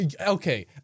Okay